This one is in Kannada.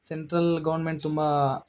ಸೆಂಟ್ರಲ್ ಗೌರ್ಮೆಂಟ್ ತುಂಬ